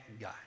guy